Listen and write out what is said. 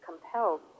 compelled